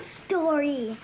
story